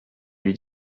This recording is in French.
lui